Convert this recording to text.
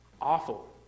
awful